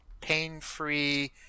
pain-free